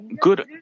good